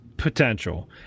Potential